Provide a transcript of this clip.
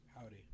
Howdy